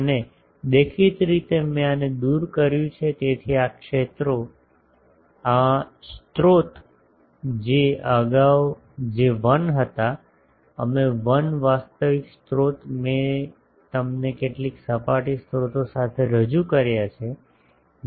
અને દેખીતી રીતે મેં આને દૂર કર્યું છે તેથી આ ક્ષેત્રો આ સ્રોત જે અગાઉ જે 1 હતા એમ 1 વાસ્તવિક સ્રોતો મેં તેમને કેટલાક સપાટી સ્રોતો સાથે રજૂ કર્યા છે Js Ms